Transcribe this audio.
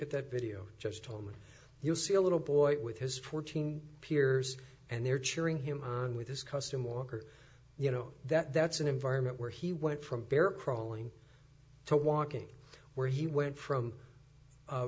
at that video just told me you see a little boy with his fourteen peers and they're cheering him on with his custom walker you know that that's an environment where he went from bear crawling to walking where he went from